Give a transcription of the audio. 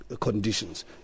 conditions